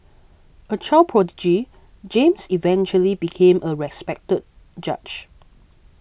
a child prodigy James eventually became a respected judge